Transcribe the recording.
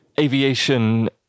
aviation